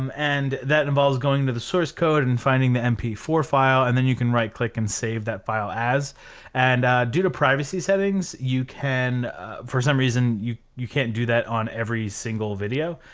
um and that involves going into the source code and finding the m p four file and then you can right click and save that file as and due to privacy settings you can for some reason you you can't do that on every single video,